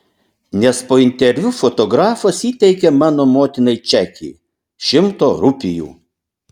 nes po interviu fotografas įteikė mano motinai čekį šimto rupijų